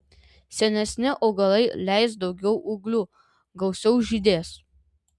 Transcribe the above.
senesni augalai leis daugiau ūglių gausiau žydės